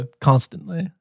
constantly